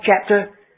chapter